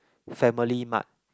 family mart